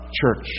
church